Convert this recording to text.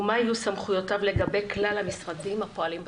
ומה יהיו סמכויותיו לגבי כלל המשרדים הפועלים בתחום.